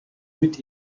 mit